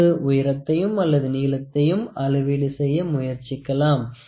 பின்பு உயரத்தையும் அல்லது நீளத்தையும் அளவீடு செய்ய முயற்சிக்கலாம்